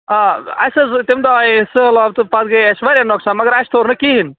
آ اَسہِ حظ اوس تَمہِ دۄہہ آیے أسۍ سہلاب تہٕ پَتہٕ گٔیے اَسہِ واریاہ نۅقصان مگر اَسہِ توٚر نہٕ کِہیٖنٛۍ